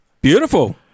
Beautiful